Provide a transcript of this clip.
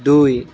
দুই